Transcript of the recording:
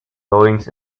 goings